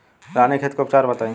रानीखेत के उपचार बताई?